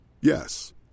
Yes